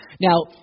Now